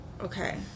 okay